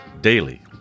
daily